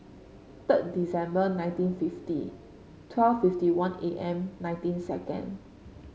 third December nineteen fifty twelve fifty one A M nineteen second